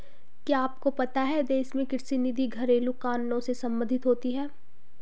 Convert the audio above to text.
क्या आपको पता है देश में कृषि नीति घरेलु कानूनों से सम्बंधित होती है?